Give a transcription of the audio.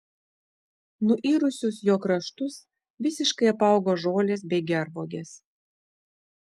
nuirusius jo kraštus visiškai apaugo žolės bei gervuogės